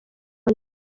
neza